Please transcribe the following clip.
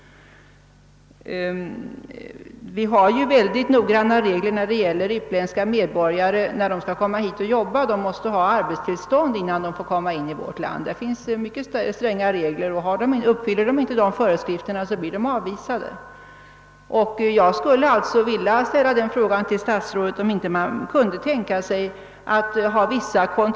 Vi har ju mycket noggranna regler när det gäller utländska medborgare som skall komma till vårt land för att arbeta — de måste ha arbetstillstånd innan de får komma in i landet. Uppfylls inte föreskrifterna blir vederbö rande avvisade. Jag vill fråga statsrådet om man inte skulle kunna tänka sig att ha vissa kon.